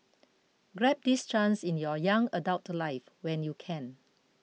grab this chance in your young adult life when you can